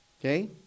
Okay